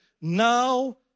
Now